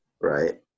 right